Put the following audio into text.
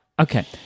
Okay